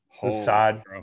sad